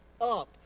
up